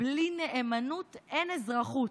"בלי נאמנות אין אזרחות",